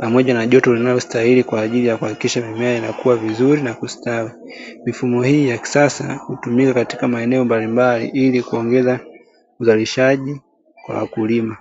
pamoja na joto linalostahili kwa ajili ya kuhakikisha mimea inakua vizuri na kustawi. Mifumo hii ya kisasa hutumika katika maeneo mbalimbali ili kuongeza uzalishaji kwa wakulima.